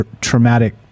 traumatic